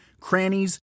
crannies